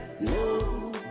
no